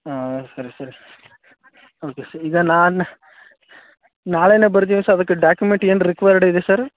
ಹಾಂ ಸರಿ ಸರಿ ಓಕೆ ಸರ್ ಈಗ ನಾನು ನಾಳೆಯೇ ಬರ್ತೀನಿ ಸರ್ ಅದಕ್ಕೆ ಡಾಕ್ಯುಮೆಂಟ್ ಏನು ರಿಕ್ವೈರ್ಡ್ ಇದೆ ಸರ್